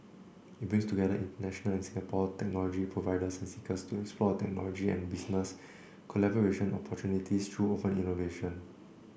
it brings together international and Singapore technology providers and seekers to explore technology and business collaboration opportunities through open innovation